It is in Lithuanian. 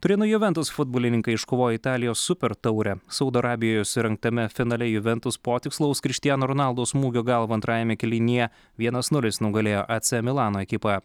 turino juventus futbolininkai iškovojo italijos supertaurę saudo arabijoj surengtame finale juventus po tikslaus krištiano ronaldo smūgio galva antrajame kėlinyje vienas nulis nugalėjo ac milano ekipą